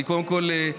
קודם כול,